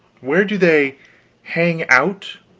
where do they hang out?